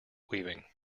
weaving